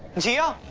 jia!